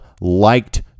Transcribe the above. liked